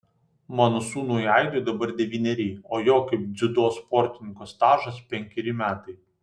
mano sūnui aidui dabar devyneri o jo kaip dziudo sportininko stažas penkeri metai